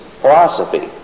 philosophy